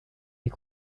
est